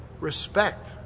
Respect